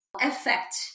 effect